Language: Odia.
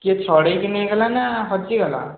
କିଏ ଛଡ଼େଇକି ନେଇଗଲା ନା ହଜିଗଲା